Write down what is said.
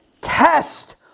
Test